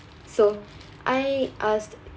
so I asked